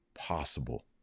possible